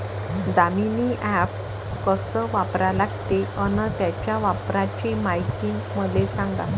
Damini app कस वापरा लागते? अन त्याच्या वापराची मायती मले सांगा